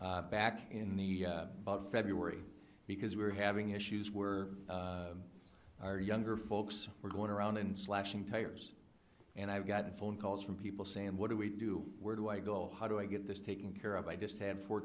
back in the february because we were having issues were our younger folks were going around and slashing tires and i have gotten phone calls from people saying what do we do where do i go how do i get this taken care of i just have four